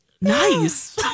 Nice